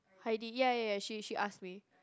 Heidi ya ya ya she she asked me